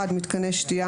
מיתקני שתיה,